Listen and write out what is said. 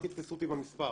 אל תתפסו אותי במספר,